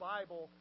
Bible